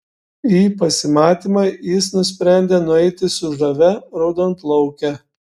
į pasimatymą jis nusprendė nueiti su žavia raudonplauke